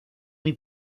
muy